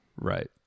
right